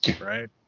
right